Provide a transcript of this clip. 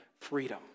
freedom